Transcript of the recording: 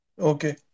Okay